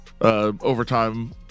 overtime